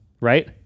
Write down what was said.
right